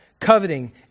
coveting